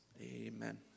Amen